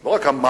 לא רק אמרנו.